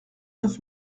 neuf